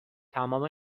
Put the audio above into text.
تمام